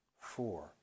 four